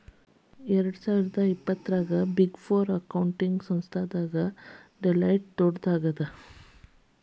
ಎರ್ಡ್ಸಾವಿರ್ದಾ ಇಪ್ಪತ್ತರಾಗ big four accounting ಸಂಸ್ಥಾದಾಗ ಡೆಲಾಯ್ಟ್ ದೊಡ್ಡದಾಗದ